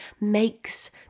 makes